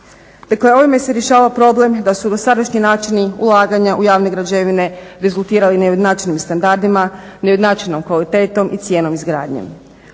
Dakle, ovim se rješava problem da su dosadašnji načini ulaganja u javne građevine rezultirali neujednačenim standardima, neujednačenom kvalitetom i cijenom izgradnje.